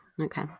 Okay